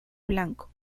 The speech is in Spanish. blanco